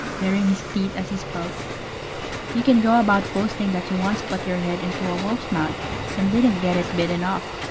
baring his teeth as he spoke you can go about boasting that you once put your head into a wolf's mouth and didn't get it bitten off.